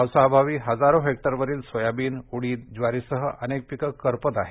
पावसाअभावी हजारो हेक्टरवरील सोयाबीन उडीदज्वारीसह अनेक पिकं करपत आहेत